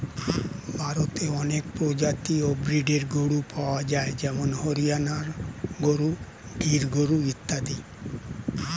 ভারতে অনেক প্রজাতি ও ব্রীডের গরু পাওয়া যায় যেমন হরিয়ানা গরু, গির গরু ইত্যাদি